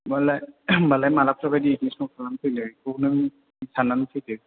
होम्बालाय होम्बालाय माब्लाफोरबायदि एडमिसनखौ खालामफैनो नों साननानै फैदो